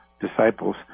disciples